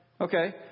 Okay